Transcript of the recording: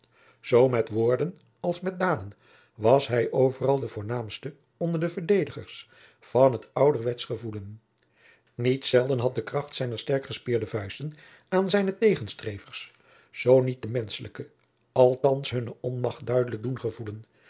zoo met woorden als met daden was hij overal de voornaamste onder de verdedigers van het ouderwetsch gevoelen niet zelden had de kracht zijner sterkgespierde vuisten aan zijne tegenstrevers zoo niet de menschelijke althands hunne onmacht duidelijk doen gevoelen